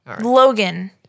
Logan